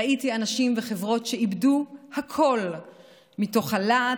ראיתי אנשים וחברות שאיבדו הכול מתוך הלהט